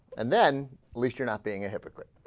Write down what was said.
and then leach are not being a hypocrite